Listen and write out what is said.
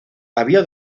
había